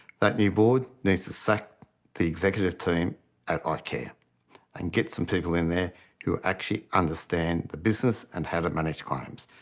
that new board needs to sack the executive team at ah icare and get some people in there who actually understand the business and how to manage claims,